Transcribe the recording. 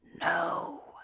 No